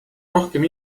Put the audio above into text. rohkem